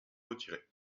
retiré